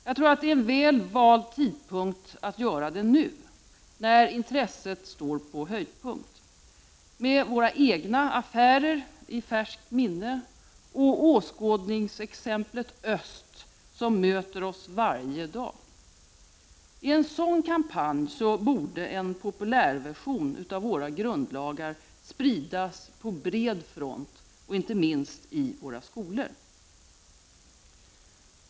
Jag tror att det är en väl vald tidpunkt att göra det nu, när intresset står på höjdpunkt, med våra egna affärer i färskt minne och åskådningsexemplet öst som möter oss varje dag. I en sådan kampanj borde en populärversion av våra grundlagar spridas på bred front, inte minst i våra skolor.